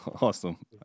Awesome